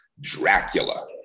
Dracula